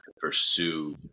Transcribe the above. pursue